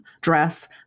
dress